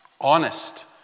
honest